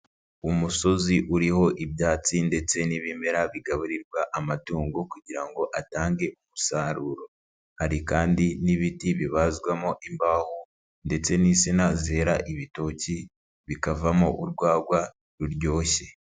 Umusozi uriho ibyatsi ndetse n'ibimera bigaburirwa amatungo kugira ngo atange umusaruro, hari kandi n'ibiti bibazwamo imbaho ndetse n'insina zera ibitoki bikavamo urwagwa ruryoshye.